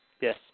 Yes